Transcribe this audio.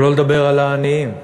שלא לדבר על העניים,